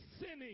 sinning